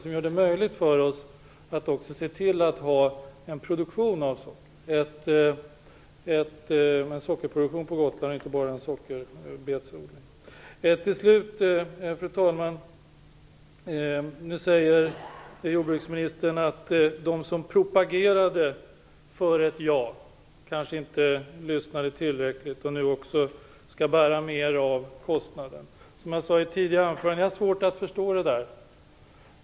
Denna gör det möjligt för oss att ha en sockerproduktion på Gotland, inte bara en sockerbetsodling. Till slut, fru talman, sade jordbruksministern att de som propagerade för ett ja kanske inte lyssnade tillräckligt och att de nu skall bära mera av kostnaderna. Som jag sagt i ett tidigare anförande har jag svårt att förstå det resonemanget.